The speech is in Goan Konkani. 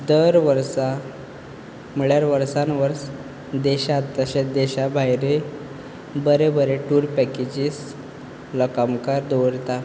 दर वर्सा म्हणल्यार वर्सान वर्स देशांंत तशेंच देशा भायरय बरें बरें टूर पेकेजीस लोकां मुखार दवरतात